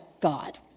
God